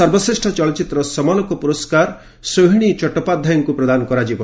ସର୍ବଶ୍ରେଷ୍ଠ ଚଳଚ୍ଚିତ୍ର ସମାଲୋଚକ ପୁରସ୍କାର ସୋହିଣୀ ଚଟ୍ଟେପାଧ୍ୟାୟଙ୍କୁ ପ୍ରଦାନ କରାଯିବ